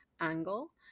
angle